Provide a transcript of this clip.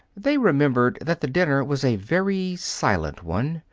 they remembered that the dinner was a very silent one.